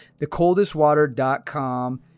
thecoldestwater.com